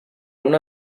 una